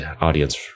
audience